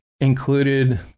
included